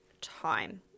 time